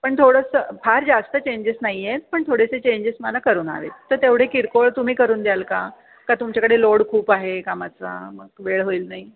पण थोडंसं फार जास्त चेंजेस नाही आहेत पण थोडेसे चेंजेस मला करून हवे आहेत तर तेवढे किरकोळ तुम्ही करून द्याल का तुमच्याकडे लोड खूप आहे कामाचा मग वेळ होईल नाही